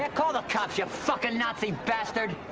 and call the cops, your fucking nazi bastard.